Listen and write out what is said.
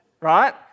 right